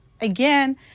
Again